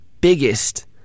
biggest